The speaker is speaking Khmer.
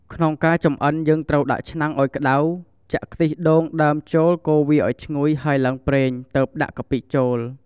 ក្នុងការចម្អិនយើងត្រូវដាក់ឆ្នាំងឲ្យក្តៅ ចាក់ខ្ទិះដូងដើមចូលកូរវាអោយឈ្ងុយហើយឡើងប្រេង ទើបដាក់កាពិចូល។